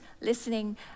listening